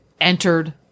entered